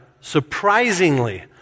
surprisingly